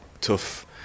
tough